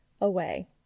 away